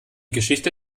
geschichte